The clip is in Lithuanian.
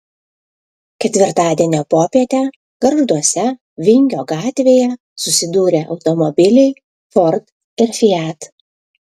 ketvirtadienio popietę gargžduose vingio gatvėje susidūrė automobiliai ford ir fiat